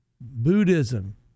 Buddhism